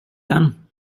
den